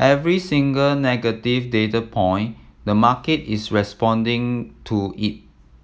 every single negative data point the market is responding to it